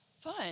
Fun